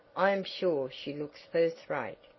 i am sure she looks first rate.